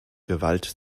gewalt